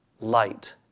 light